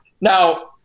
Now